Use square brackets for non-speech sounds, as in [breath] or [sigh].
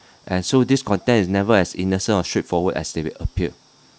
[breath] and so this content is never as innocent or straightforward as it appear